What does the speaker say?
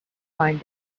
find